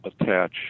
attach